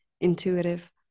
intuitive